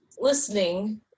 listening